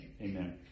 amen